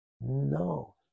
No